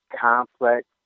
complex